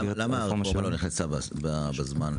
למה הרפורמה לא נכנסה לתוקף בזמן?